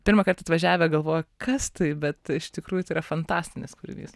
pirmąkart atvažiavę galvojo kas tai bet iš tikrųjų tai yra fantastinis kūrinys